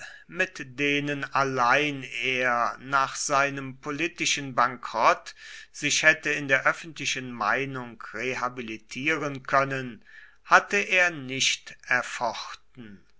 mit denen allein er nach seinem politischen bankrott sich hätte in der öffentlichen meinung rehabilitieren können hatte er nicht erfochten